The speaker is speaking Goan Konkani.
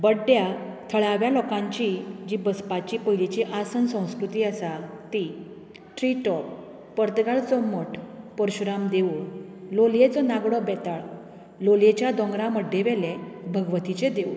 बड्ड्या थळाव्या लोकांची जी बसपाची पयलिची आसन संस्कृती आसा ती ट्री टॉप पर्तगाळचो मठ परशुराम देवूळ लोलयेचो नागडो बेताळ लोलयेच्या दोंगरा मड्डेवेले भगवतीचे देवूळ